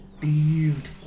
beautiful